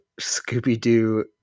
Scooby-Doo